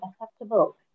acceptable